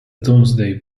domesday